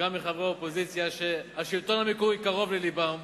גם מחברי האופוזיציה שהשלטון המקומי קרוב ללבם,